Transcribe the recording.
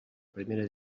primera